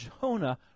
Jonah